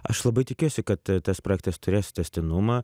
aš labai tikiuosi kad tas projektas turės tęstinumą